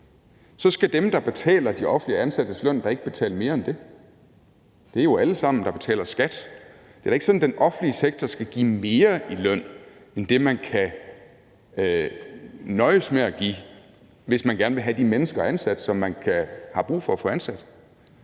så skal dem, der betaler de offentligt ansattes løn, da ikke betale mere end det. Det er jo os alle sammen, der betaler skat. Det er da ikke sådan, at den offentlige sektor skal give mere i løn end det, man kan nøjes med at give, hvis man gerne vil have de mennesker ansat, som man har brug for at få ansat.